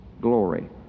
Glory